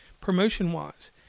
Promotion-wise